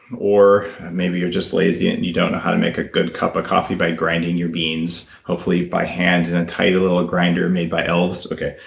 or maybe you're just lazy and you don't know how to make a good cup of coffee by grinding your beans, hopefully by hand in a tiny little grinder made my elves. okay,